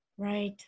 Right